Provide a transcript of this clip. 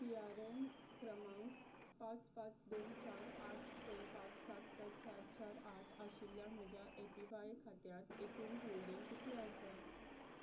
P R N क्रमांक पांच पांच दोन चार आठ स पांच सात स चार चार आठ आशिल्ल्या म्हज्या ए पी व्हाय खात्यांत एकूण होल्डिंग कितलें आसा